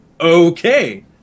okay